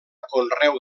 conreu